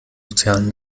sozialen